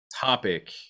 topic